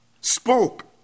spoke